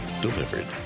delivered